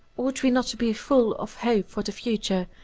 ought we not to be full of hope for the future,